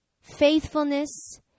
faithfulness